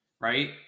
right